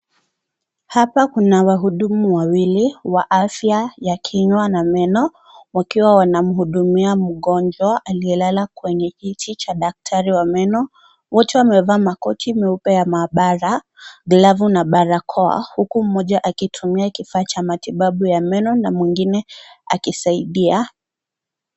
Hapa Kuna wahudumu wawili wa afya ya kinywa na meno, wakiwa wanamhudumia mgonjwa aliye lala kiti Cha daktari wa meno. Wote wamevaa Makoti meupe ya mahabara, glavu na barakoa. Huku mmoja akitumia kifaa Cha matibabu ya meno na mwingine akisaidia.